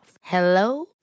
Hello